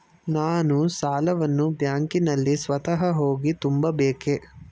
ನಾನು ಸಾಲವನ್ನು ಬ್ಯಾಂಕಿನಲ್ಲಿ ಸ್ವತಃ ಹೋಗಿ ತುಂಬಬೇಕೇ?